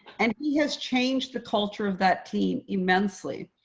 and he has changed the culture of that team immensely,